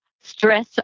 stress